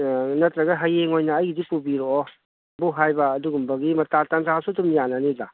ꯅꯠꯇ꯭ꯔꯒ ꯍꯌꯦꯡ ꯑꯣꯏꯅ ꯑꯩꯒꯤꯁꯦ ꯄꯨꯕꯤꯔꯛꯑꯣ ꯍꯥꯏꯕ ꯑꯗꯨꯒꯨꯝꯕꯒꯤ ꯃꯇꯥꯡ ꯇꯟꯖꯥꯁꯨ ꯑꯗꯨꯝ ꯌꯥꯅꯅꯤꯗ